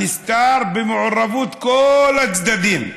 הנסתר במעורבות כל הצדדים,